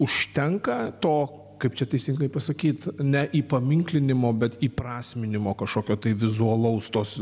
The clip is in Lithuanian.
užtenka to kaip čia teisingai pasakyt ne įpaminklinimo bet įprasminimo kažkokio tai vizualaus tos